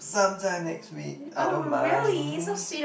sometime next week I don't mind